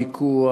פיקוח,